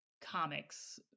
comics